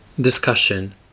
Discussion